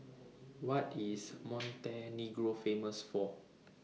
What IS Montenegro Famous For